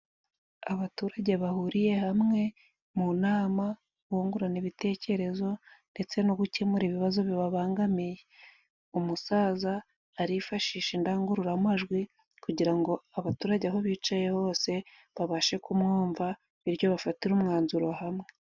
Abaturage bahuriye hamwe mu nama bungurana ibitekerezo, ndetse no gukemura ibibazo bibabangamiye. Umusaza arifashisha indangururamajwi kugira ngo abaturage aho bicaye hose, babashe kumwumva biryo bafatira umwanzuro hamwe.